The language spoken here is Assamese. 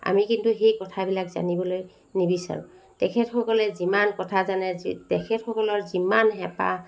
আমি কিন্তু সেই কথাবিলাক জানিবলৈ নিবিচাৰোঁ তেখেতেসকলে যিমান কথা জানে তেখেতসকলৰ যিমান হেপাহ